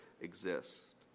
exist